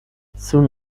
soon